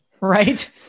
right